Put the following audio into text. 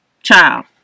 Child